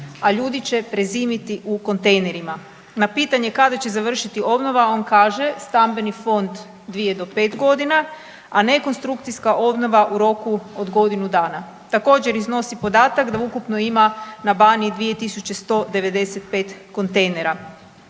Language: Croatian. a ljudi će prezimiti u kontejnerima. Na pitanje kada će završiti obnova on kaže stambeni fond dvije do pet godina, a rekonstrukcijska obnova u roku od godinu dana. Također iznosi podatak da ukupno ima na Baniji 2195 kontejnera.